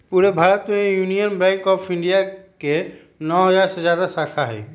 पूरे भारत में union bank of India के नौ हजार से जादा शाखा हई